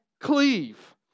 cleave